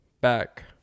back